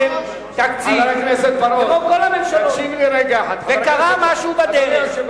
אתם הבאתם תקציב כמו כל הממשלות וקרה משהו בדרך,